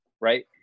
Right